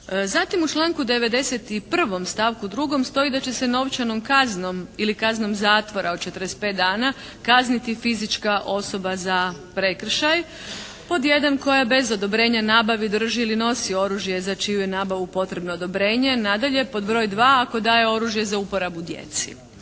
Zatim u članku 91. stavku drugom stoji da će se novčanom kaznom ili kaznom zatvora od 45 dana kazniti fizička osoba za prekršaj pod jedan koja bez odobrenja nabavi, drži ili nosi oružje za čiju je nabavu potrebno odobrenje. Nadalje pod broj dva ako daje oružje za uporabu djeci.